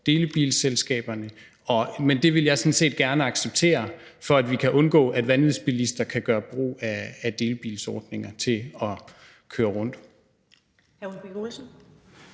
delebilsselskaberne. Men det vil jeg sådan set gerne acceptere, for at vi kan undgå, at vanvidsbilister kan gøre brug af delebilsordninger til at køre rundt.